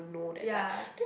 ya